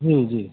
जी जी